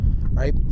right